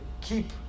keep